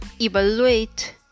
evaluate